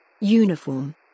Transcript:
Uniform